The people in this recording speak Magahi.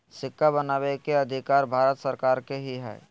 सिक्का बनबै के अधिकार भारत सरकार के ही हइ